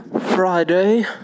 Friday